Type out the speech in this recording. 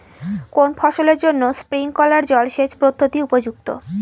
কোন ফসলের জন্য স্প্রিংকলার জলসেচ পদ্ধতি উপযুক্ত?